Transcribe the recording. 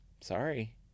Sorry